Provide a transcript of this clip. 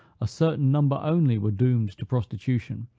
a certain number only were doomed to prostitution,